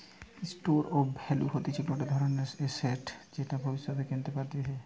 store of value হতিছে গটে ধরণের এসেট যেটা ভব্যিষতে কেনতে পারতিছে